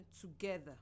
together